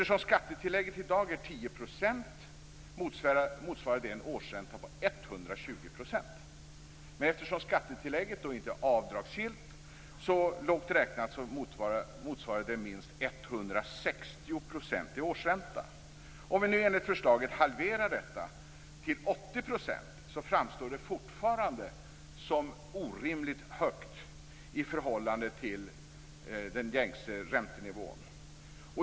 Då skattetillägget i dag är 10 % motsvarar det en årsränta på 120 %, men eftersom skattetillägget inte är avdragsgillt motsvarar det lågt räknat 160 % i årsränta. Om vi nu i enlighet med förslaget halverar årsräntan till 80 % framstår den fortfarande som orimligt hög i förhållande till den gängse räntenivån.